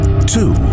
two